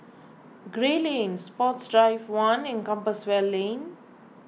Gray Lane Sports Drive one and Compassvale Lane